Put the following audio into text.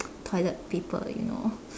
toilet paper you know